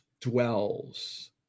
dwells